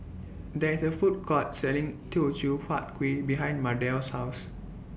There IS A Food Court Selling Teochew Huat Kuih behind Mardell's House